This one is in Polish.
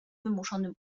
wymuszonym